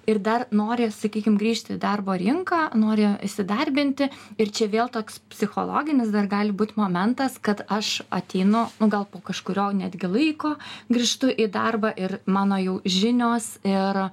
ir dar nori sakykim grįžti į darbo rinką nori įsidarbinti ir čia vėl toks psichologinis dar gali būt momentas kad aš ateinu nu gal po kažkurio netgi laiko grįžtu į darbą ir mano jau žinios ir